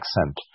accent